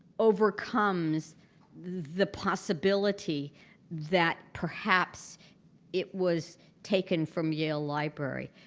overcomes the possibility that perhaps it was taken from yale library.